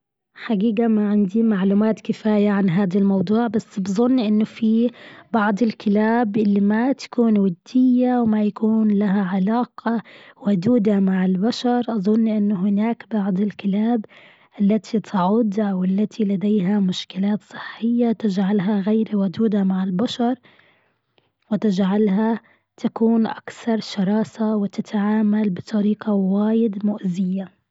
حقيقة ما عندي معلومات كفاية عن هذا الموضوع بس بظن أنه في بعض الكلاب اللي ما تكون ودية وما يكون لها علاقة ودودة مع البشر أظن أنه هناك بعض الكلاب التي تعض أو التي لديها مشكلات صحية تجعلها غير ودودة مع البشر. وتجعلها تكون أكثر شراسة وتتعامل بطريقة وايد مؤذية.